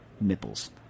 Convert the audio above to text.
Mipples